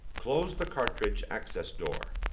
close the cartridge access door.